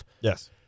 Yes